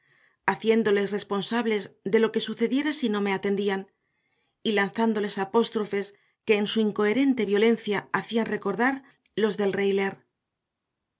haciéndoles responsables de lo que sucediera si no me atendían y lanzándoles apóstrofes que en su incoherente violencia hacían recordar los del rey lear